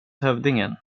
hövdingen